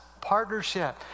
partnership